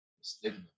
Stigma